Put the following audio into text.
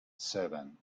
seven